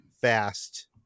fast